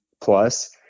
plus